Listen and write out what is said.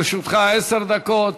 חבר הכנסת דוד ביטן, לרשותך עשר דקות